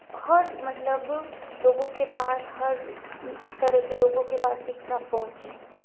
हर मतलब लोगों के पास हर तरह के लोगों के पास शिक्षा पहुंचे